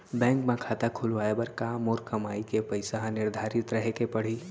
Bank म खाता खुलवाये बर का मोर कमाई के पइसा ह निर्धारित रहे के पड़ही?